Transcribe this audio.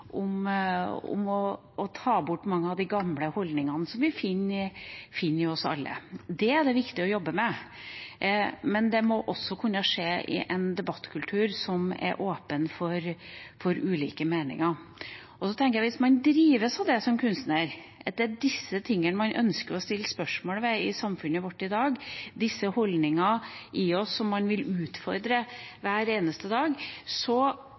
å få bort mange av de gamle holdningene vi finner i oss alle. Det er det viktig å jobbe med, men det må kunne skje i en debattkultur som er åpen for ulike meninger. Hvis man drives av det som kunstner, at det er disse tingene man ønsker å stille spørsmål om i samfunnet vårt i dag, og det er disse holdningene i oss som man vil utfordre hver eneste dag,